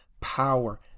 power